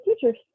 teachers